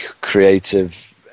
creative